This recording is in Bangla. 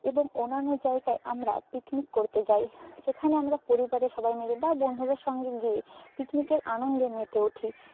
এবং অন্যান্য জায়গায় আমরা পিকনিক করতে যাই সেখানে আমরা পরিবারের সবাই মিলে বা বন্ধুদের সঙ্গে গিয়ে পিকনিকের আনন্দে মেতে উঠি